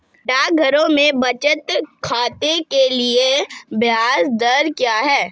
डाकघरों में बचत खाते के लिए ब्याज दर क्या है?